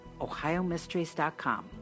ohiomysteries.com